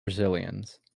brazilians